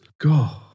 God